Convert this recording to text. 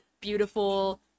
beautiful